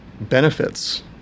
benefits